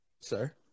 Sir